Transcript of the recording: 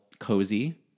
cozy